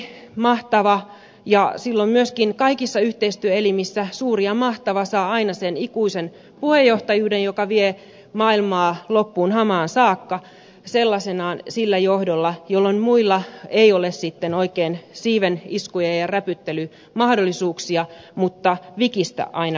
helsinkihän on suuri ja mahtava ja silloin myöskin kaikissa yhteistyöelimissä suuri ja mahtava saa aina sen ikuisen puheenjohtajuuden joka vie maailmaa hamaan loppuun saakka sellaisenaan sillä johdolla jolloin muilla ei ole sitten oikein siiven isku ja räpyttelymahdollisuuksia mutta vikistä aina voi